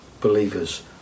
believers